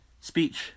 speech